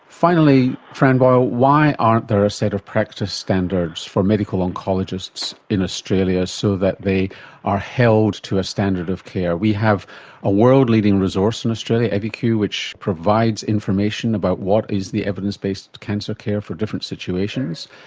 finally, fran boyle, why aren't there a set of practice standards for medical oncologists in australia so that they are held to a standard of care? we have a world leading resource in australia, eviq, which provides information about what is the evidence-based cancer care for different situations.